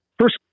first